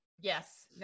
Yes